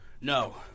No